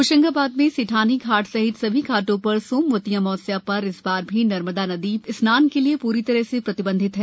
होशंगाबाद में सेठानी घाट सहित सभी घाटों पर सोमवती अमावस्या पर इस बार भी नर्मदा स्नान प्री तरह से प्रतिबंधित है